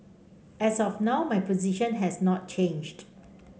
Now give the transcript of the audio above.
as of now my position has not changed